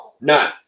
None